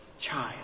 child